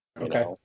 Okay